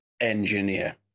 engineer